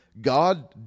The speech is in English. God